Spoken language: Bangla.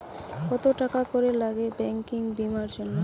কত টাকা করে লাগে ব্যাঙ্কিং বিমার জন্য?